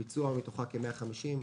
הביצוע מתוכה הוא כ-150 מיליארד שקל,